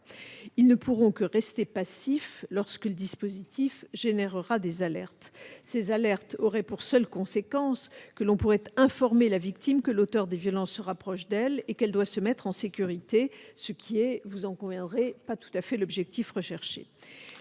Elles ne pourront que rester passives lorsque le dispositif générera des alertes. Ces dernières auraient ainsi pour seule conséquence d'informer la victime que l'auteur des violences se rapproche d'elle et qu'elle doit se mettre en sécurité, ce qui n'est pas, vous en conviendrez, l'objectif recherché.